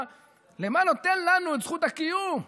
למה נותן לנו את זכות הקיום,